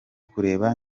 kureba